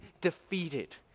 defeated